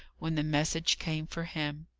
when the message came for him.